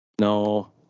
No